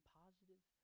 positive